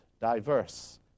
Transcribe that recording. diverse